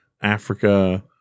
Africa